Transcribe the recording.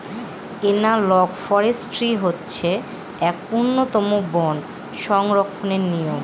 analogue forestry হচ্ছে এক উন্নতম বন সংরক্ষণের নিয়ম